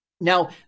Now